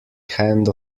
hand